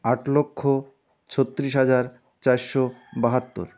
আট লক্ষ ছত্রিশ হাজার চারশো বাহাত্তর